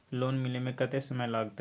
Loan मिले में कत्ते समय लागते?